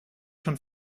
schon